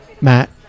Matt